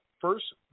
first